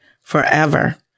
forever